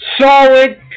solid